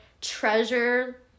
treasure